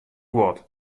guod